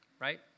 right